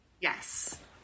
Yes